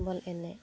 ᱵᱚᱞ ᱮᱱᱮᱡ